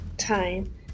time